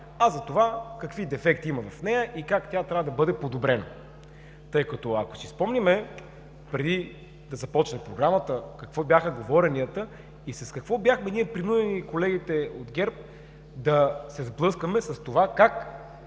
а за това какви дефекти има в нея и как трябва да бъде подобрена, тъй като, ако си спомняме, преди да започне Програмата какви бяха говоренията и с какво бяхме ние принудени – колегите от ГЕРБ, да се сблъскваме, с това как